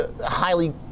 highly